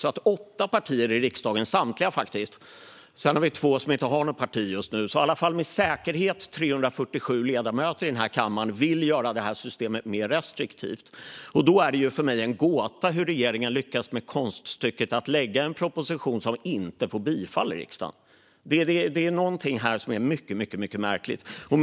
Vi har två partilösa ledamöter, men åtta partier och i alla fall 347 ledamöter vill göra detta system mer restriktivt. Då är det för mig en gåta hur regeringen lyckas med konststycket att lägga fram en proposition som inte bifalls av riksdagen. Det är mycket märkligt. Fru talman!